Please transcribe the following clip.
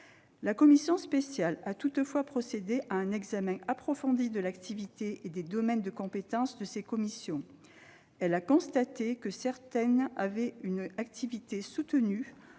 La commission spéciale a toutefois procédé à un examen approfondi de l'activité et des domaines de compétence de ces commissions. Elle a constaté que certaines avaient une activité soutenue,